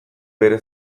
bere